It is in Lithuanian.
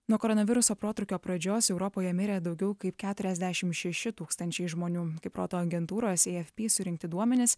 nuo koronaviruso protrūkio pradžios europoje mirė daugiau kaip keturiasdešim šeši tūkstančiai žmonių kaip rodo agentūros afp surinkti duomenys